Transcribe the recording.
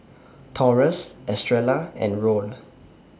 Taurus Estrella and Roll